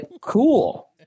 cool